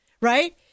right